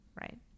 right